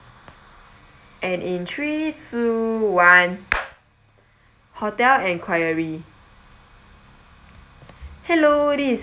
and in three two one hotel enquiry hello this is